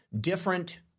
different